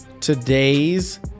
Today's